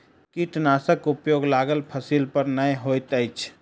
कीटनाशकक उपयोग लागल फसील पर नै होइत अछि